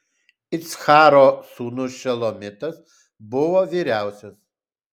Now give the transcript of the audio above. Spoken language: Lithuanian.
iccharo sūnus šelomitas buvo vyriausias